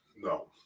No